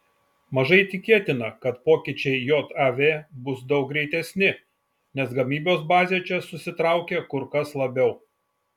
mažai tikėtina kad pokyčiai jav bus daug greitesni nes gamybos bazė čia susitraukė kur kas labiau